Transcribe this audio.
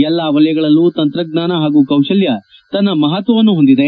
ಎಲ್ಲಾ ವಲಯಗಳಲ್ಲೂ ತಂತ್ರಜ್ಞಾನ ಹಾಗೂ ಕೌಶಲ್ಯ ತನ್ನ ಮಹತ್ವವನ್ನು ಹೊಂದಿದೆ